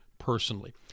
personally